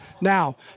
Now